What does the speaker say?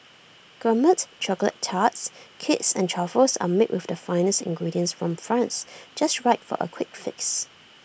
Gourmet Chocolate Tarts Cakes and truffles are made with the finest ingredients from France just right for A quick fix